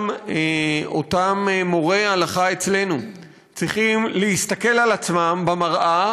גם אותם מורי הלכה אצלנו צריכים להסתכל על עצמם במראה